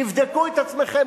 תבדקו את עצמכם,